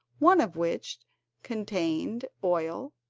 one of which contained oil,